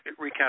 recap